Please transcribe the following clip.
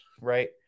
right